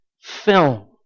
film